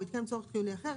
ובהתקיים צורך חיוני אחר,